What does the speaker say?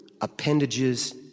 appendages